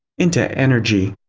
into energy.